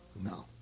No